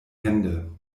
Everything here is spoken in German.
hände